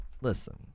Listen